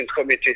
committee